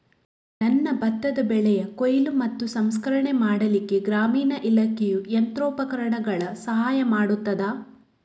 ನನ್ನ ಭತ್ತದ ಬೆಳೆಯ ಕೊಯ್ಲು ಮತ್ತು ಸಂಸ್ಕರಣೆ ಮಾಡಲಿಕ್ಕೆ ಗ್ರಾಮೀಣ ಇಲಾಖೆಯು ಯಂತ್ರೋಪಕರಣಗಳ ಸಹಾಯ ಮಾಡುತ್ತದಾ?